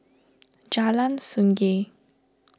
Jalan Sungei